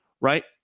right